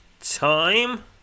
Time